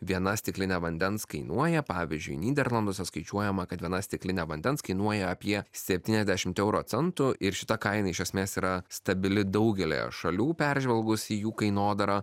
viena stiklinė vandens kainuoja pavyzdžiui nyderlanduose skaičiuojama kad viena stiklinė vandens kainuoja apie septyniasdešimt euro centų ir šita kaina iš esmės yra stabili daugelyje šalių peržvelgusi jų kainodarą